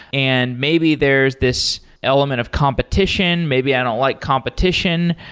and maybe there's this element of competition. maybe i don't like competition.